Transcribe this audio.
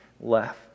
left